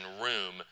room